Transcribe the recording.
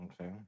Okay